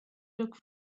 look